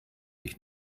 ich